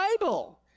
Bible